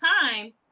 time